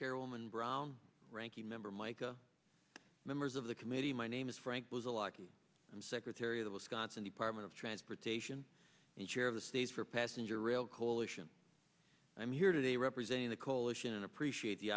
chairwoman brown ranking member mica members of the committee my name is frank was a lockie i'm secretary of the wisconsin department of transportation and chair of the stage for passenger rail coalition i'm here today representing the coalition and appreciate the